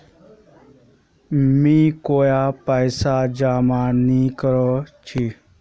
मी कोय पैसा जमा नि करवा चाहची